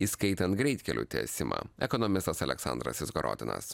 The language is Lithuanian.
įskaitant greitkelių tiesimą ekonomistas aleksandras izgorodinas